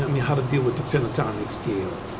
i mean, how to deal with the pentatonic scale,